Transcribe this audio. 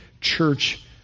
church